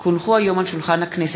כי הונחו היום על שולחן הכנסת,